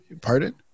Pardon